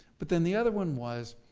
but then the other one was,